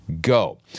go